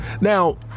Now